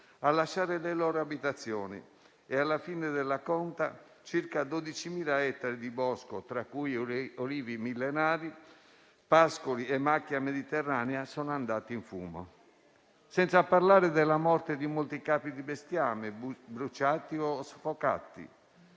a lasciare le loro abitazioni e, alla fine della conta, di circa 12.000 ettari di bosco (tra cui olivi millenari, pascoli e macchia mediterranea) andati in fumo, senza parlare della morte di molti capi di bestiame, bruciati o soffocati.